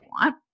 want